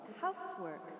housework